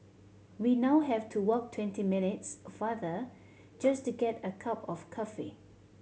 we now have to walk twenty minutes farther just to get a cup of coffee